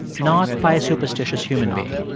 not by a superstitious human being.